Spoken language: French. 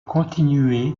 continuai